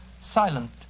silent